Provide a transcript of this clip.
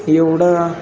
एवढं